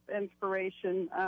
inspiration